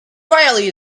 finally